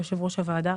יושב-ראש הוועדה,